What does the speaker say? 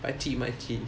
makcik makcik